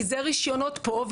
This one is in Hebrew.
כי זה רשיונות פה,